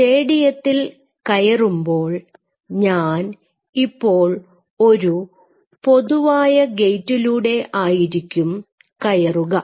സ്റ്റേഡിയത്തിൽ കയറുമ്പോൾ ഞാൻ ഇപ്പോൾ ഒരു പൊതുവായ ഗേറ്റിലൂടെ ആയിരിക്കും കയറുക